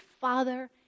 Father